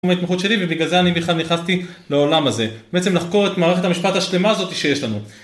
ובגלל זה אני בכלל נכנסתי לעולם הזה, בעצם לחקור את מערכת המשפט השלמה הזאתי שיש לנו.